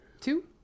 two